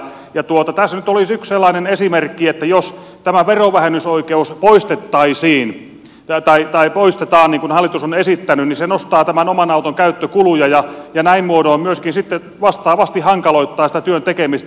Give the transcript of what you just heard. tässä nyt olisi yksi sellainen esimerkki että jos tämä verovähennysoikeus poistetaan niin kuin hallitus on esittänyt niin se nostaa oman auton käyttökuluja ja näin muodoin myöskin sitten vastaavasti hankaloittaa sitä työn tekemistä